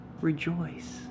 rejoice